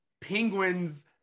Penguin's